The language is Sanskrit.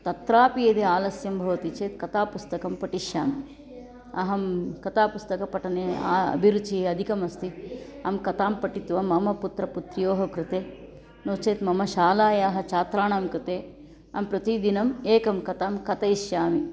तत्रापि यदि आलस्यं भवति चेत् कथापुस्तकं पठिष्यामि अहं कथापुस्तकपठने अभिरुचिः अधिकमस्ति अहं कथां पठित्वा मम पुत्रपुत्र्योः कृते नो चेत् मम शालायाः छात्राणां कृते अहं प्रतिदिनम् एकां कथां कथयिष्यामि